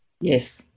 Yes